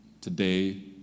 today